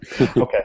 Okay